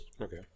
Okay